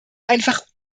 einfach